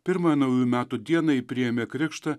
pirmąją naujųjų metų dieną ji priėmė krikštą